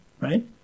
right